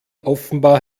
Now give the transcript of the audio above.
offenbar